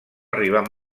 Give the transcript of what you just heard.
arribar